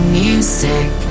music